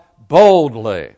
boldly